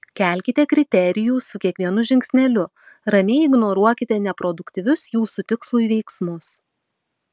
kelkite kriterijų su kiekvienu žingsneliu ramiai ignoruokite neproduktyvius jūsų tikslui veiksmus